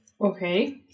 Okay